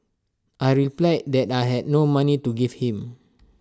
I replied that I had no money to give him